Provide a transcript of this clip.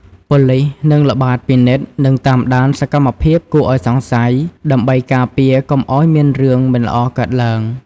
ប៉ូលីសនឹងល្បាតពិនិត្យ និងតាមដានសកម្មភាពគួរឱ្យសង្ស័យ ដើម្បីការពារកុំឱ្យមានរឿងមិនល្អកើតឡើង។